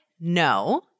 no